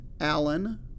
Allen